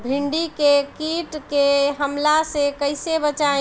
भींडी के कीट के हमला से कइसे बचाई?